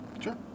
Sure